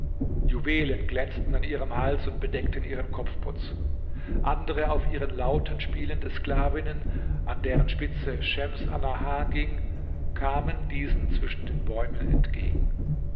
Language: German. juwelen glänzten an ihrem hals und bedeckten ihren kopfputz andere auf ihren lauten spielende sklavinnen an deren spitze schems annahar ging kamen diesen zwischen den bäumen entgegen